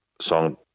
song